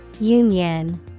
Union